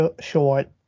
Short